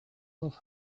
love